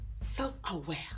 self-aware